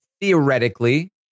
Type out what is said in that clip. theoretically